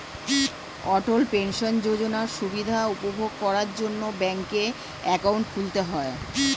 অটল pension যোজনার সুবিধা উপভোগ করার জন্যে ব্যাংকে অ্যাকাউন্ট খুলতে হয়